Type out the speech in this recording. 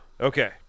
Okay